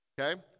Okay